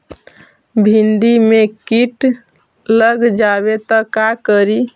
भिन्डी मे किट लग जाबे त का करि?